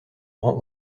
rang